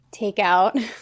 Takeout